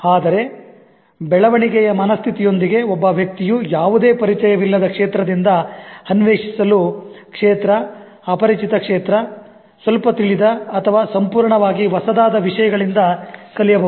ಆದರೆ ಬೆಳವಣಿಗೆಯ ಮನಸ್ಥಿತಿಯೊಂದಿಗೆ ಒಬ್ಬ ವ್ಯಕ್ತಿಯು ಯಾವುದೇ ಪರಿಚಯವಿಲ್ಲದ ಕ್ಷೇತ್ರದಿಂದ ಅನ್ವೇಷಿಸಲು ಕ್ಷೇತ್ರ ಅಪರಿಚಿತ ಕ್ಷೇತ್ರ ಸ್ವಲ್ಪ ತಿಳಿದ ಅಥವಾ ಸಂಪೂರ್ಣವಾಗಿ ಹೊಸದಾದ ವಿಷಯಗಳಿಂದ ಕಲಿಯಬಹುದು